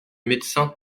médecin